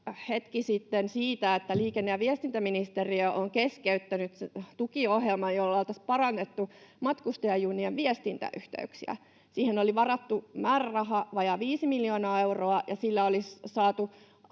hetki sitten siitä, että liikenne- ja viestintäministeriö on keskeyttänyt tukiohjelman, jolla oltaisiin parannettu matkustajajunien viestintäyhteyksiä. Siihen oli varattu määräraha, vajaa viisi miljoonaa euroa, ja sillä olisi saatu